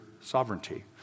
sovereignty